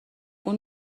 اون